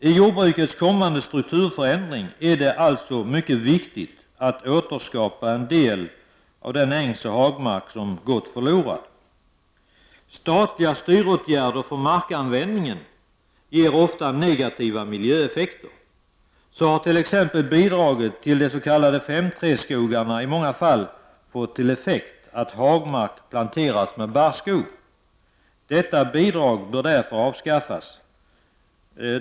I jordbrukets kommande strukturförändring är det alltså mycket viktigt att man återskapar en del av den ängsoch hagmark som gått förlorad. Statliga styråtgärder för markanvändningen ger ofta negativa miljöeffekter. T.ex. bidraget till de s.k. 5:3-skogarna har i många fall fått till effekt att hagmark planterats med barrskog. Detta bidrag bör därför avskaffas.